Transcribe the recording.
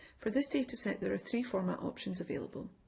for this data set there are three format options available,